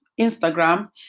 Instagram